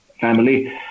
family